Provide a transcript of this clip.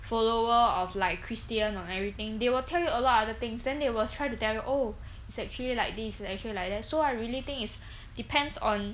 follower of like christian on everything they will tell you a lot of other things then they will try to tell you oh it's actually like this it's actually like that so I really think is depends on